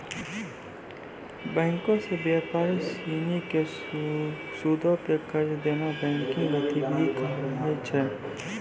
बैंको से व्यापारी सिनी के सूदो पे कर्जा देनाय बैंकिंग गतिविधि कहाबै छै